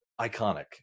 iconic